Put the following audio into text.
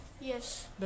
Yes